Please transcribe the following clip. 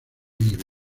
vive